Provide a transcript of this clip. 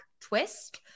twist